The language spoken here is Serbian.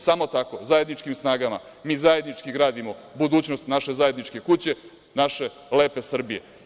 Samo tako, zajedničkim snagama, mi zajednički gradimo budućnost naše zajedničke kuće, naše lepe Srbije.